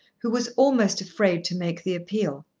who was almost afraid to make the appeal.